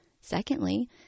Secondly